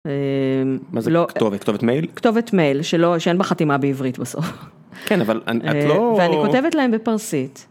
מה זה כתובת, כתובת מייל? כתובת מייל שלא.. שאין בה חתימה בעברית בסוף. ואני כותבת להם בפרסית...